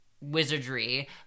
wizardry